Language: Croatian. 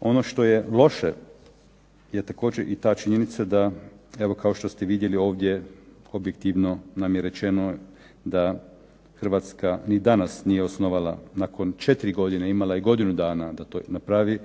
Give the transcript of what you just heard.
Ono što je loše je također i ta činjenica da evo kao što ste vidjeli ovdje objektivno nam je rečeno da Hrvatska ni danas nije osnovala nakon 4 godine, imala je godinu dana da to napravi,